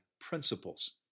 principles